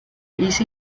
easy